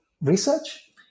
research